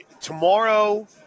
tomorrow –